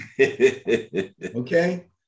Okay